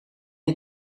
een